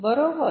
बरोबर